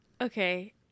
Okay